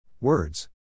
Words